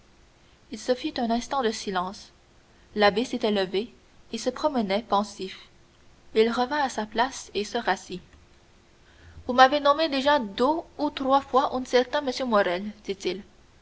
il se fit un instant de silence l'abbé s'était levé et se promenait pensif il revint à sa place et se rassit vous m'avez nommé déjà deux ou trois fois un certain m morrel dit-il